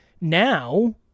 now